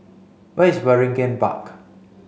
where is Waringin Park